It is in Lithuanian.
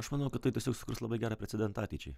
aš manau kad tai tiesiog sukurs labai gerą precedentą ateičiai